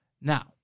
Now